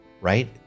Right